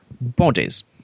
bodies